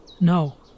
No